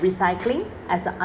recycling as a